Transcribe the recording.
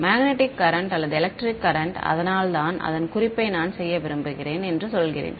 magnetic current அல்லது electric current அதனால் தான் அதன் குறிப்பை நான் செய்ய விரும்புகிறேன் என்று சொல்கிறேன்